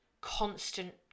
constant